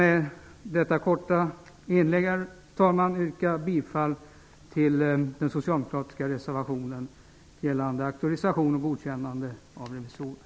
Med detta korta inlägg vill jag yrka bifall till den socialdemokratiska reservationen gällande auktorisation och godkännande av revisorer.